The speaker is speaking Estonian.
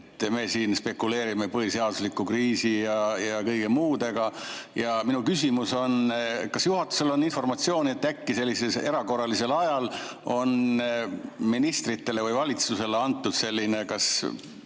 Me siin spekuleerime põhiseadusliku kriisi ja kõige muuga. Minu küsimus on, kas juhatusel on informatsiooni, et äkki sellisel erakorralisel ajal on ministritele või valitsusele antud selline